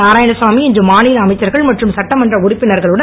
நாராயணசாமி இன்று மாநில அமைச்சர்கள் மற்றும் சட்டமன்ற உறுப்பினர்களுடன்